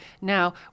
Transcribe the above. Now